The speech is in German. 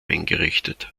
eingerichtet